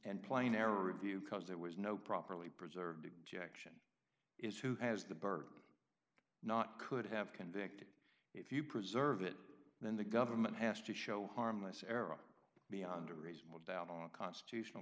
and plain error of you cuz there was no properly preserved objection is who has the burden not could have convicted if you preserve it then the government has to show harmless error beyond a reasonable doubt on a constitutional